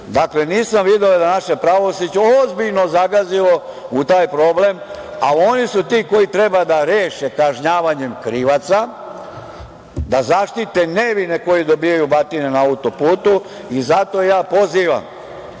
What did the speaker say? dakle, nisam video da je naše pravosuđe ozbiljno zagazilo u taj problem. Oni su ti koji treba da reše kažnjavanjem krivaca, da zaštite nevine koji dobijaju batine na autoputu i zato ja pozivam